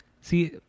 See